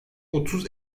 otuz